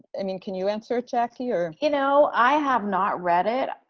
i mean, can you answer, jackie? or you know, i have not read it.